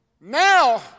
Now